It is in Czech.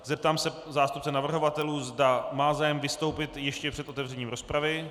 Zeptám se zástupce navrhovatelů, zda má zájem vystoupit ještě před otevřením rozpravy.